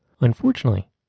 Unfortunately